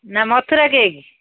ନା ମଥୁରା କେକ୍